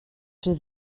czy